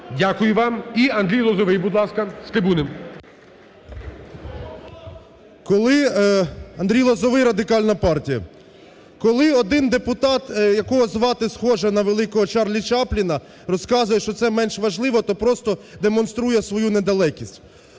Дякую вам. І Андрій Лозовий, будь ласка, з трибуни. 13:28:57 ЛОЗОВОЙ А.С. Коли… Андрій Лозовий, Радикальна партія. Коли один депутат, якого звати схоже на великого Чарлі Чапліна, розказує, що це менш важливо, то просто демонструє свою недалекість.